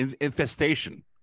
infestation